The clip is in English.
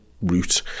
route